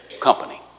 company